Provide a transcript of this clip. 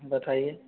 बताइए